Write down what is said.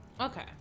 Okay